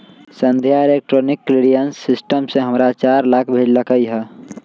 संध्या electronic clearing system से हमरा चार लाख भेज लकई ह